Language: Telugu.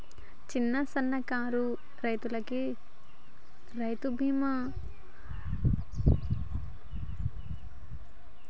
చిన్న సన్నకారు రైతులకు రైతు బీమా వర్తిస్తదా అది ఎలా తెలుసుకోవాలి?